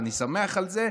אני שמח על זה,